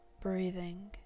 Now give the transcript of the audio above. breathing